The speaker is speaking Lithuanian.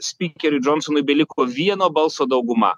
spykeriui džonsonui beliko vieno balso dauguma